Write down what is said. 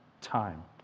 time